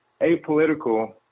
apolitical